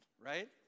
right